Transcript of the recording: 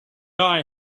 die